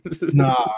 Nah